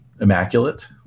immaculate